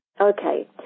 okay